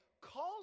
calls